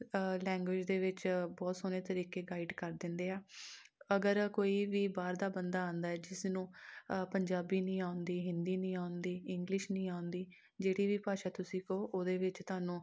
language ਦੇ ਵਿੱਚ ਸੋਹਣੇ ਤਰੀਕੇ ਗਾਈਡ ਕਰ ਦਿੰਦੇ ਆ ਅਗਰ ਕੋਈ ਵੀ ਬਾਹਰ ਦਾ ਬੰਦਾ ਆਉਂਦਾ ਜਿਸ ਨੂੰ ਪੰਜਾਬੀ ਨਹੀਂ ਆਉਂਦੀ ਹਿੰਦੀ ਨਹੀਂ ਆਉਂਦੀ ਇੰਗਲਿਸ਼ ਨਹੀਂ ਆਉਂਦੀ ਜਿਹੜੀ ਵੀ ਭਾਸ਼ਾ ਤੁਸੀਂ ਕਹੋ ਉਹਦੇ ਵਿੱਚ ਤੁਹਾਨੂੰ